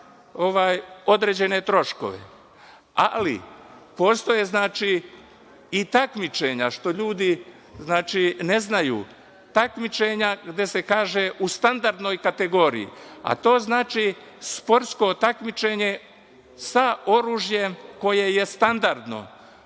određene troškove, ali postoje i takmičenja, što ljudi ne znaju, gde se kaže – u standardnoj kategoriji, a to znači sportsko takmičenje sa oružjem koje je standardno